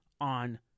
on